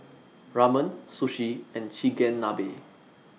Ramen Sushi and Chigenabe